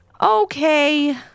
Okay